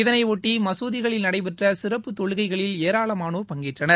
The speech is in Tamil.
இதனையொட்டி மசூதிகளில் நடைபெற்ற சிறப்பு தொழுகைகளில் ஏராளமானோர் பங்கேற்றனர்